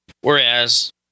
whereas